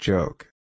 Joke